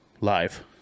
Live